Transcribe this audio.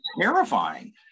terrifying